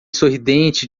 sorridente